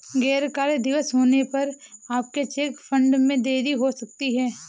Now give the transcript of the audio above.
गैर कार्य दिवस होने पर आपके चेक फंड में देरी हो सकती है